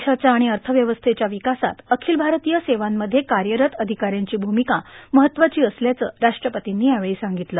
देशाच्या आर्गाण अथव्यवस्थेच्या र्वकासात र्आखल भारतीय सेवांमध्ये कायरत अधिकाऱ्यांची भूमिका महत्वाची असल्याचं राष्ट्रपतींनी यावेळी सांगगतलं